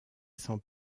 sans